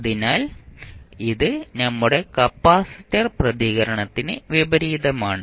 അതിനാൽ ഇത് നമ്മുടെ കപ്പാസിറ്റർ പ്രതികരണത്തിന് വിപരീതമാണ്